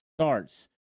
starts